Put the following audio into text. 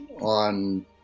on